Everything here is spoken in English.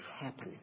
happen